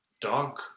dog